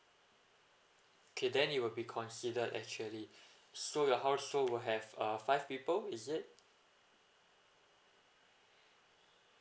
okay then it would be considered actually so your household will have uh five people is it